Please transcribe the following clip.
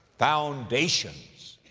foundations,